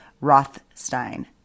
Rothstein